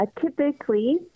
typically